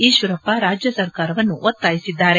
ಈಶ್ವರಪ್ಪ ರಾಜ್ಯ ಸರ್ಕಾರವನ್ನು ಒತ್ತಾಯಿಸಿದ್ದಾರೆ